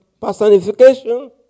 personification